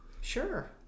sure